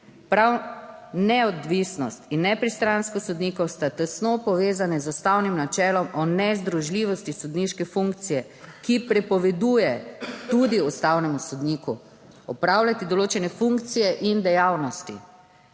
Prav neodvisnost in nepristranskost sodnikov sta tesno povezana z ustavnim načelom o nezdružljivosti sodniške funkcije, ki prepoveduje tudi ustavnemu sodniku opravljati določene funkcije in dejavnosti.